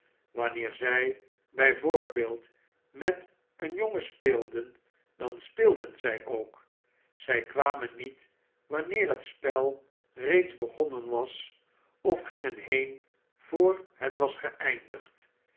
wanneer zy by voorbeeld met een jongen speelden dan speelden g ook zy kwamen niet wanneer het spel reeds begonnen was of gingen heen voor het was geeindigd